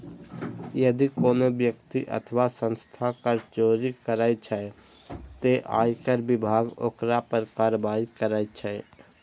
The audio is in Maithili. यदि कोनो व्यक्ति अथवा संस्था कर चोरी करै छै, ते आयकर विभाग ओकरा पर कार्रवाई करै छै